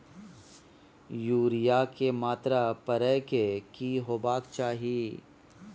Urea के मात्रा परै के की होबाक चाही?